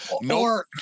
No